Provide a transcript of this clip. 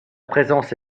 présence